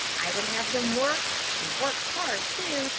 i would have them work, and work hard, too,